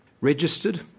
Registered